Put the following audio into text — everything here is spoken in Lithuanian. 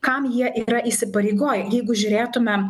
kam jie yra įsipareigoję jeigu žiūrėtume